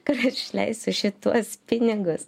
kur išleisiu šituos pinigus